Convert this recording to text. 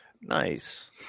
Nice